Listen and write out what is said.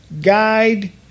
guide